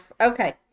Okay